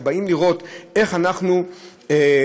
שבאים לראות איך אנחנו פועלים,